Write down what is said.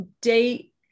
date